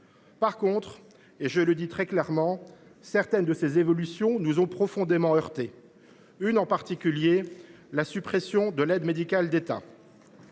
revanche, je le dis très clairement, certaines de ces évolutions nous ont profondément heurtés. Je veux parler en particulier de la suppression de l’aide médicale de l’État.